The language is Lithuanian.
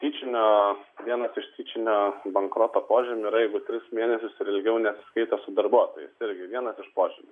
tyčinio vienas iš tyčinio bankroto požymių yra jau tris mėnesius ir ilgiau nesiskaito su darbuotojais irgi vienas iš požymių